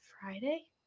Friday